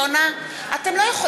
(קוראת בשמות חברי הכנסת)